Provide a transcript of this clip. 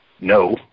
No